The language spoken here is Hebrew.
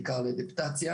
בעיקר לאדפטציה.